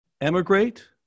emigrate